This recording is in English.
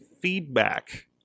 feedback